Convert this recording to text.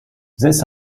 this